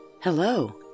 Hello